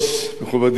מכובדי השר,